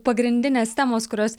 pagrindinės temos kurios